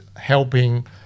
helping